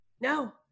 No